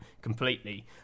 completely